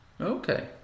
Okay